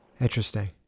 Interesting